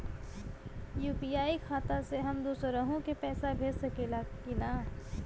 UPI खाता से हम दुसरहु के पैसा भेज सकीला की ना?